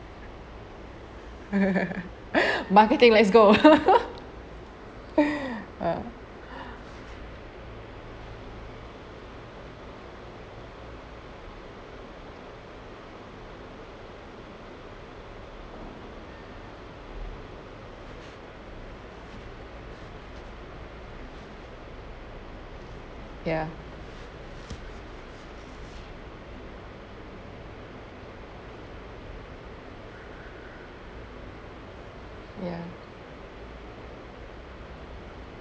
marketing let's go ya ya